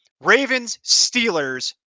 Ravens-Steelers